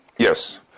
Yes